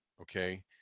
okay